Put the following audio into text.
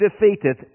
defeated